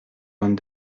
vingt